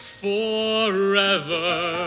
forever